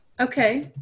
Okay